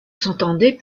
s’entendait